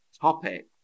Topic